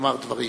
לומר דברים.